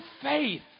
faith